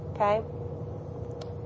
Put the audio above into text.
okay